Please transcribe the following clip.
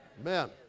Amen